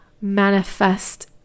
manifest